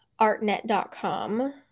artnet.com